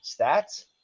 stats